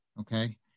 okay